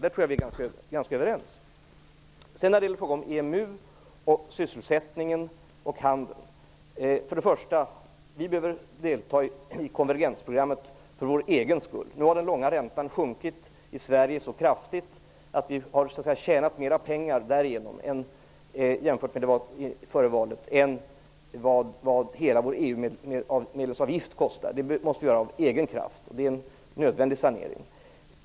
Det tror jag att vi är ganska överens om. Sedan när det gäller EMU, sysselsättningen och handeln behöver vi delta i konvergensprogrammet främst för vår egen skull. Nu har den långa räntan i Sverige sjunkit så kraftigt att vi därigenom har tjänat mera pengar än vad hela vår EU-medlemsavgift uppgår till. Det har vi gjort av egen kraft, och det var en nödvändig sanering.